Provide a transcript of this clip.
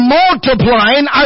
multiplying